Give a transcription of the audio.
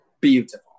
Beautiful